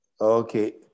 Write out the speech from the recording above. okay